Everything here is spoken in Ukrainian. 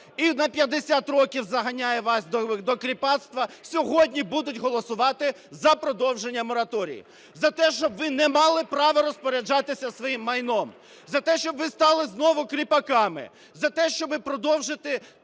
і на 50 років заганяє вас до кріпацтва, сьогодні будуть голосувати за продовження мораторію, за те, щоб ви не мали права розпоряджатися своїм майном, за те, щоб ви стали знову кріпаками, за те, щоби продовжити,